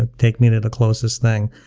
and take me to the closest thing.